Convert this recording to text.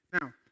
Now